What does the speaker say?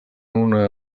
una